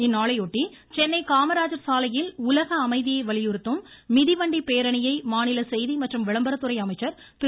இந்நாளை ஒட்டி சென்னை காமராஜர் சாலையில் உலக அமைதியை வலியுறுத்தும் மிதிவண்டி பேரணியை மாநில செய்தி மற்றும் விளம்பரத்துறை அமைச்சர் திரு